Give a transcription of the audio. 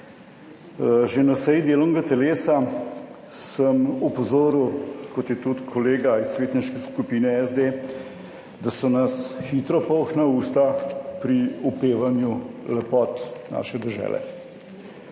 Že na seji delovnega telesa sem opozoril, kot je tudi kolega iz svetniške skupine SD, da so nas hitro polna usta pri opevanju lepot naše dežele.